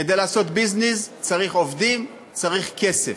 כדי לעשות ביזנס צריך עובדים, צריך כסף.